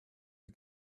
sie